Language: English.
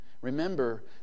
remember